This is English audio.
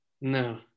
no